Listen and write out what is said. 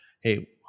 hey